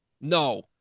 No